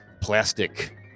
plastic